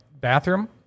bathroom